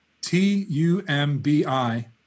t-u-m-b-i